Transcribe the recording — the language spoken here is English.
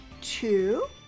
two